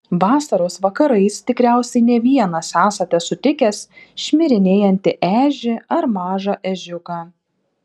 vasaros vakarais tikriausiai ne vienas esate sutikęs šmirinėjantį ežį ar mažą ežiuką